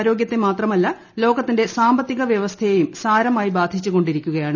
ആരോഗ്യത്തെ മാത്രമല്ല ലോ്കുത്തിന്റെ സാമ്പത്തിക വ്യവസ്ഥയെയും സാരമായി ബാധിച്ചുകൊണ്ടീരിക്കുകയാണ്